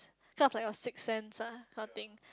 kind of like your six sense ah kind of thing